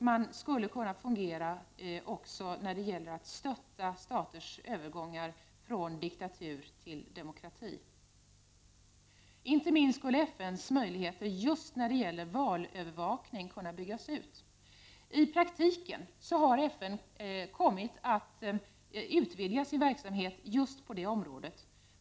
FN skulle också kunna stötta staters övergång från diktatur till demokrati. Inte minst skulle FN:s möjligheter till valövervakning kunna byggas ut. I praktiken har FN kommit att utvidga sin verksamhet just på detta område.